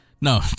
No